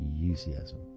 enthusiasm